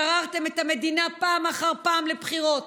גררתם את המדינה פעם אחר פעם לבחירות,